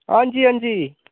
हां जी हां जी